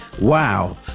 wow